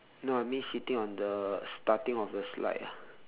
no I mean sitting on the starting of the slide ah